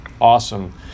awesome